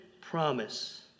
promise